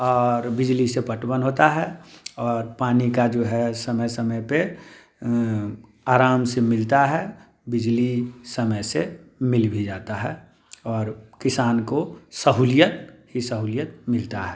और बिजली से पटवन होता है और पानी का जो है समय समय पे आराम से मिलता है बिजली समय से मिल भी जाता है और किसान को सहुलियत ही सहुलियत मिलता है